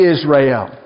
Israel